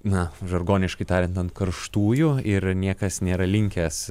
na žargoniškai tariant ant karštųjų ir niekas nėra linkęs